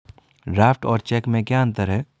Draft और cheque में क्या अंतर है?